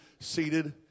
Seated